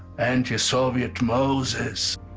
anti-soviet moses.